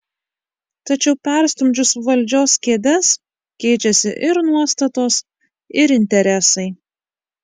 tačiau perstumdžius valdžios kėdes keičiasi ir nuostatos ir interesai